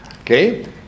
Okay